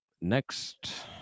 next